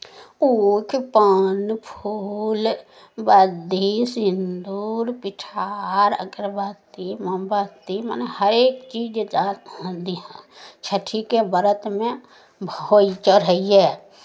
ऊख पान फूल बद्धी सिन्दूर पिठार अगरबत्ती मोमबत्ती मने हरेक चीजके अहाँ ध्यान छठिके व्रतमे भोग चढ़ैए